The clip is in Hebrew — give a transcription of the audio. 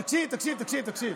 מלכיאלי,